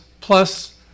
plus